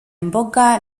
imboga